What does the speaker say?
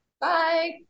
Bye